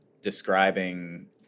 describing